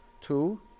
Two